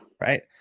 right